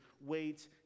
wait